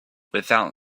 without